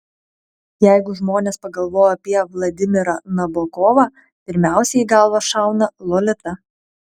jeigu žmonės pagalvoja apie vladimirą nabokovą pirmiausia į galvą šauna lolita